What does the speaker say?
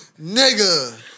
nigga